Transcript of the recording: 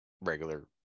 regular